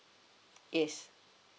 yes